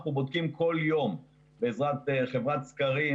אנחנו בודקים כל יום בעזרת חברת סקרים